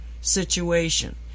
situation